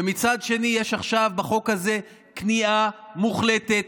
ומצד שני יש עכשיו בחוק הזה כניעה מוחלטת